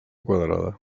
quadrada